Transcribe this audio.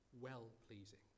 well-pleasing